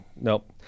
Nope